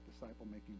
disciple-making